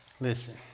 listen